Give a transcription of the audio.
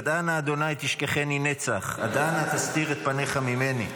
עד אנה ה' תשכחני נצח, עד אנה תסתיר את פניך ממני.